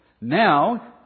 Now